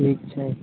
ठीक छै